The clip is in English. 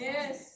Yes